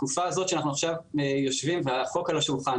התקופה הזאת שאנחנו עכשיו יושבים והחוק על השולחן,